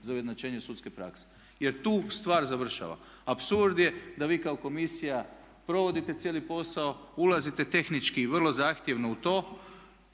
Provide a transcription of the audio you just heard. za ujednačenje sudske prakse, jer tu stvar završava. Apsurd je da vi kao komisija provodite cijeli posao, ulazite tehnički vrlo zahtjevno u to,